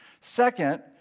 Second